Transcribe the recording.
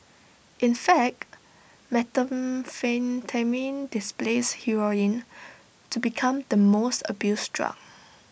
in fact methamphetamine displaced heroin to become the most abused drug